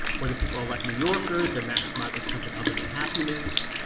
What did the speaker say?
or the people are like new yorkers, they're maximizing something other than happiness?